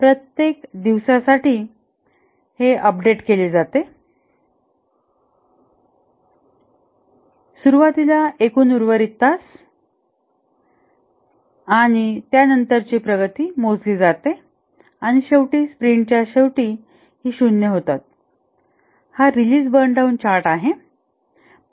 प्रत्येक दिवसासाठी हे अपडेट केले जाते सुरवातीला एकूण उर्वरित तास आणि त्यानंतर ची प्रगती मोजली जाते आणि शेवटी स्प्रिंटच्या शेवटी हि 0 होतात हा रिलीज बर्न डाउन चार्ट आहे